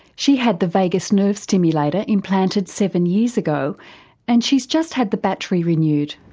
she had the vagus nerve stimulator implanted seven years ago and she's just had the battery renewed.